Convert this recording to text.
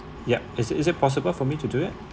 yup is it is it possible for me to do that